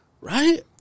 Right